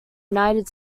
united